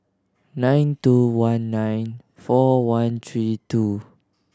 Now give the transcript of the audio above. nine two one nine four one three two